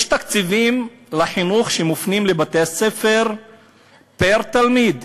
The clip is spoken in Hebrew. יש תקציבים לחינוך שמופנים לבתי-הספר פר-תלמיד.